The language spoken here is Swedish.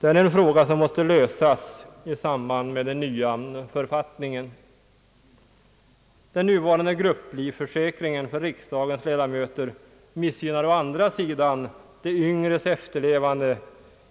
Det är en fråga som måste lösas i samband med den nya författningen. Den nuvarande grupplivförsäkringen för riksdagens ledamöter missgynnar å andra sidan de yngres efterlevande